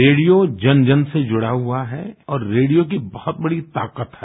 radio जन जन से जुड़ा हुआ है और रेडियो की बहुत बड़ी ताकत है